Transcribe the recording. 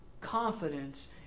confidence